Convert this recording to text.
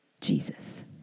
Jesus